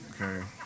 okay